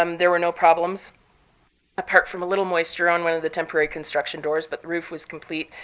um there were no problems apart from a little moisture on one of the temporary construction doors, but the roof was complete.